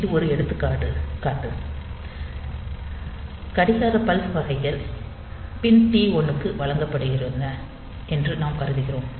இது ஒரு எடுத்துக்காட்டு கடிகார பல்ஸ் வகைகள் பின் டி1 க்கு வழங்கப்படுகின்றன என்று நாம் கருதுகிறோம்